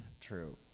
true